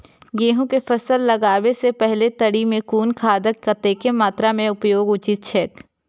गेहूं के फसल लगाबे से पेहले तरी में कुन खादक कतेक मात्रा में उपयोग उचित छेक?